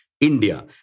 India